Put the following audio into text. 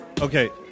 Okay